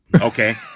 okay